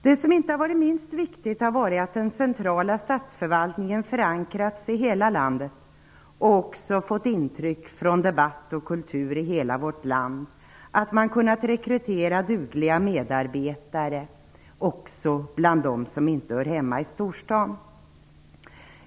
Det har inte minst varit viktigt att den centrala statsförvaltningen har förankrats i hela landet och också tagit intryck av debatt och kultur i hela vårt land. Man har kunnat rekrytera dugliga medarbetare också bland dem som inte hör hemma i storstaden.